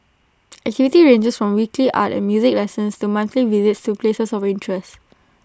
activities ranges from weekly art and music lessons to monthly visits to places of interests